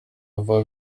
vuba